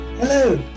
Hello